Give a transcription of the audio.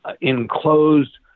enclosed